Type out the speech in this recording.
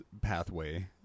pathway